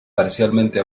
parcialmente